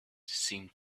seemed